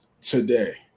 today